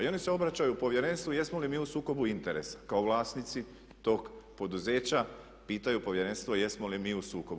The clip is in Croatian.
I oni se obraćaju povjerenstvu jesmo li mi u sukobu interesa kao vlasnici tog poduzeća, pitaju povjerenstvo jesmo li mi u sukobu?